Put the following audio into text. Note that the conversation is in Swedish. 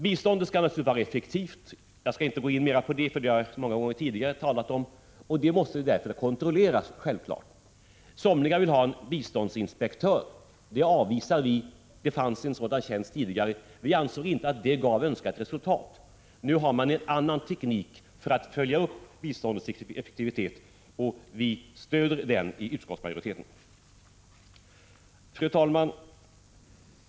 Biståndet skall naturligtvis vara effektivt — jag skall inte gå in närmare på det, för det har jag många gånger tidigare talat om — och det är självklart att det måste kontrolleras. Somliga vill ha en biståndsinspektör. Det förslaget avvisar vi. Det fanns en sådan tjänst tidigare. Vi ansåg inte att det gav önskat resultat. Nu har man en annan teknik för att följa upp biståndets effektivitet, och utskottsmajoriteten stödjer den. Fru talman!